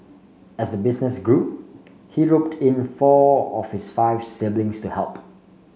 as the business grew he roped in four of his five siblings to help